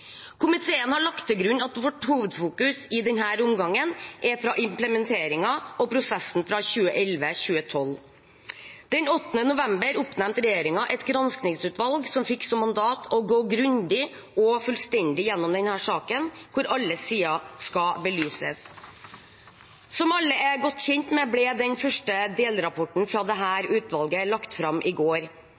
Komiteen har lagt til grunn at vårt hovedfokus i denne omgangen er fra implementeringen og prosessen fra 2011/2012. Den 8. november oppnevnte regjeringen et granskingsutvalg som fikk som mandat å gå grundig og fullstendig gjennom denne saken, hvor alle sider skal belyses. Som alle er godt kjent med, ble den første delrapporten fra dette utvalget lagt fram i går.